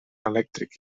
elèctric